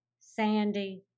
Sandy